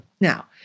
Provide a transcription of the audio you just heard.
Now